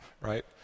right